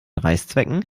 reißzwecken